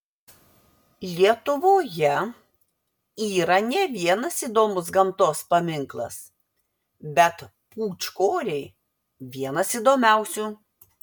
lietuvoje yra ne vienas įdomus gamtos paminklas bet pūčkoriai vienas įdomiausių